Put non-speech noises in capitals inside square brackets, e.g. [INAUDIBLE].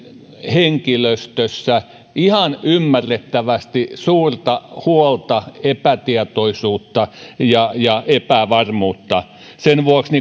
henkilöstössä ihan ymmärrettävästi suurta huolta epätietoisuutta ja ja epävarmuutta sen vuoksi [UNINTELLIGIBLE]